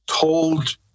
told